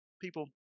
people